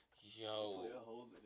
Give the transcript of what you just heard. Yo